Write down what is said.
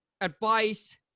advice